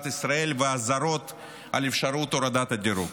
ישראל ואזהרות על אפשרות הורדת הדירוג.